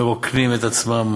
מרוקנים את עצמם